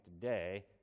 today